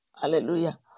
Hallelujah